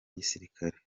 gisirikare